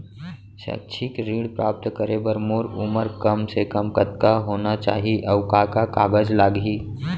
शैक्षिक ऋण प्राप्त करे बर मोर उमर कम से कम कतका होना चाहि, अऊ का का कागज लागही?